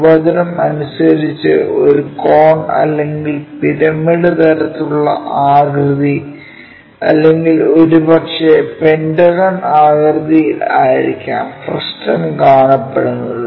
നിർവചനം അനുസരിച്ച് ഒരു കോൺ അല്ലെങ്കിൽ പിരമിഡ് തരത്തിലുള്ള ആകൃതി അല്ലെങ്കിൽ ഒരുപക്ഷേ പെന്റഗൺ ആകൃതിയിൽ ആയിരിക്കാം ഫ്രസ്റ്റം കാണപ്പെടുന്നത്